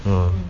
oh